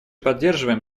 поддерживаем